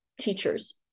teachers